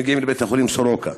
שמגיעים לבית-החולים סורוקה